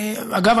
אגב,